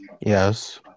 Yes